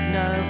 no